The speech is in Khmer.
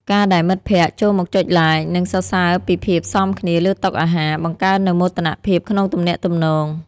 ការដែលមិត្តភក្ដិចូលមកចុច Like និងសរសើរពីភាពសមគ្នាលើតុអាហារ បង្កើននូវមោទនភាពក្នុងទំនាក់ទំនង។